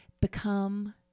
become